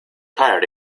tired